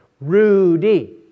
Rudy